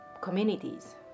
communities